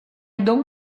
don’t